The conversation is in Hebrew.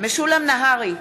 משולם נהרי,